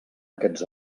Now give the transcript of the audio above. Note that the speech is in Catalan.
aquests